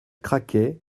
craquaient